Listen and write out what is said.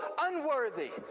unworthy